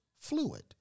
fluid